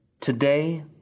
Today